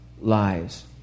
lies